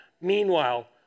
Meanwhile